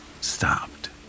stopped